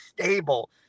stable